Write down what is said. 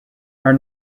are